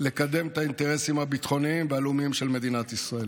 לקדם את האינטרסים הביטחוניים והלאומיים של מדינת ישראל.